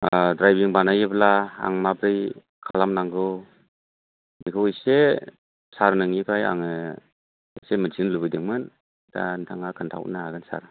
ओ ड्राइभिं बानायोब्ला आं माब्रै खालामनांगौ बेखौ एसे सार नोंनिफ्राय आङो एसे मिन्थिनो लुबैदोंमोन दा नोंथाङा खोन्थाहरनो हागोन सार